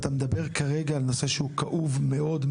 אתה מדבר כרגע על נושא כאוב מאוד,